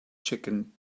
chicken